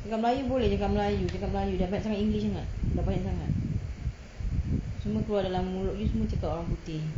cakap melayu boleh cakap melayu cakap melayu jangan cakap english sangat dah banyak sangat semua keluar dalam mulut you cakap orang putih